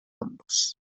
ambos